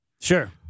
Sure